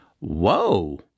Whoa